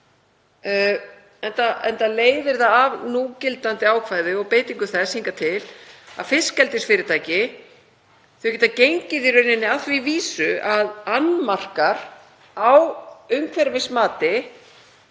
enda leiðir það af núgildandi ákvæði og beitingu þess hingað til að fiskeldisfyrirtæki geta gengið í rauninni að því vísu að annmarkar á umhverfismati